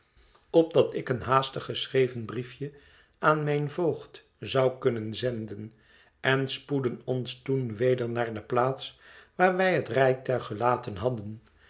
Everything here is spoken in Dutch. opdat ik een haastig geschreven briefje aan mijn voogd zou kunnen zenden en spoedden ons toen weder naar de plaats waar wij het rijtuig gelaten hadden